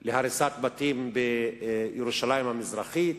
של הריסת בתים בירושלים המזרחית,